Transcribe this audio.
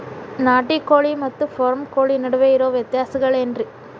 ನಾಟಿ ಕೋಳಿ ಮತ್ತ ಫಾರಂ ಕೋಳಿ ನಡುವೆ ಇರೋ ವ್ಯತ್ಯಾಸಗಳೇನರೇ?